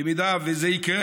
במידה שזה יקרה,